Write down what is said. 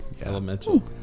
Elemental